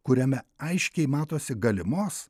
kuriame aiškiai matosi galimos